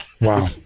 Wow